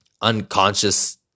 unconscious